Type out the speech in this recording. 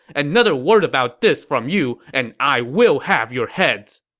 another word about this from you, and i will have your heads!